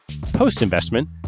Post-investment